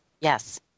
yes